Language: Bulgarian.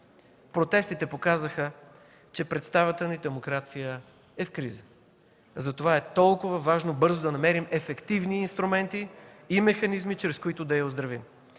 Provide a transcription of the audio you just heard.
Протестите показаха, че представителната ни демокрация е в криза. Затова е толкова важно бързо да намерим ефективни инструменти и механизми, чрез които да я оздравим.